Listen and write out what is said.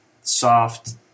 soft